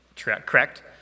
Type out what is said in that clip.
Correct